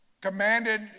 commanded